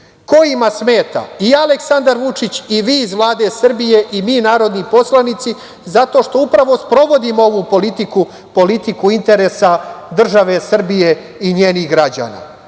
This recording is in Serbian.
kojima smeta i Aleksandar Vučić i vi iz Vlade Srbije i mi narodni poslanici, zato što upravo sprovodimo ovu politiku, politiku interesa države Srbije i njenih građana. Ko